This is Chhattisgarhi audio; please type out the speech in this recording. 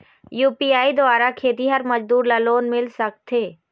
यू.पी.आई द्वारा खेतीहर मजदूर ला लोन मिल सकथे?